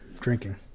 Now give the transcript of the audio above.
drinking